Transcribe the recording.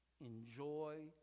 enjoy